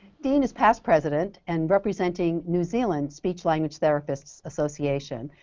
dean is past president and representing new zealand speech language therapists association,